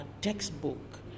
textbook